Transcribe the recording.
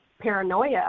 paranoia